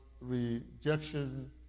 rejection